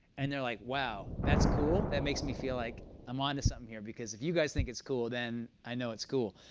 and they're like, wow. that's cool. that makes me feel like i'm onto something here, because if you guys think it's cool, then i know it's cool.